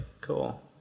cool